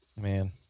man